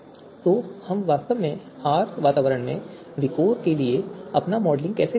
तो हम वास्तव में R वातावरण में विकोर के लिए अपना मॉडलिंग कैसे कर सकते हैं